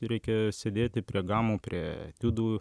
reikia sėdėti prie gamų prie etiudų